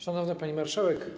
Szanowna Pani Marszałek!